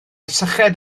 syched